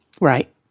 Right